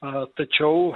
ar tačiau